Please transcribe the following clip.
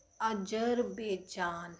Azerbaijan